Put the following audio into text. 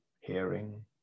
hearing